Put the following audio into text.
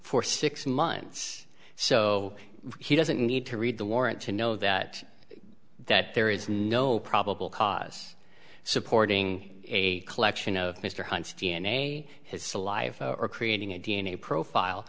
for six months so he doesn't need to read the warrant to know that that there is no probable cause supporting a collection of mr hunt's d n a his saliva or creating a d n a profile